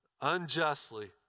unjustly